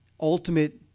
ultimate